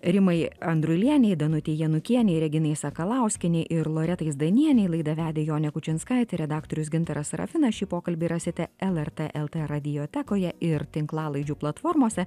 rimai andrulienei danutei janukienei reginai sakalauskienei ir loretai zdanienei laidą vedė jonė kučinskaitė redaktorius gintaras sarafinas šį pokalbį rasite lrt lt radiotekoje ir tinklalaidžių platformose